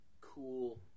cool